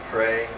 Pray